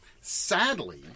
Sadly